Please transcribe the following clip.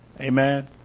Amen